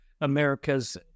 America's